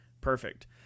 Perfect